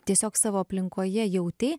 tiesiog savo aplinkoje jauti